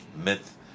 myth